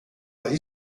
where